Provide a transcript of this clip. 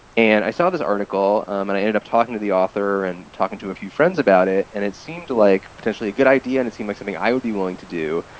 and i saw this article and i ended up talking to the author and talking to a few friends about it, and it seemed like potentially a good idea and it seemed like something i would be willing to do.